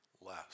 less